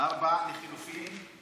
4 לחלופין ה'.